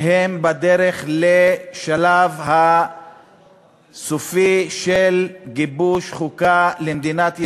שהם שלב סופי בדרך לגיבוש חוקה למדינת ישראל.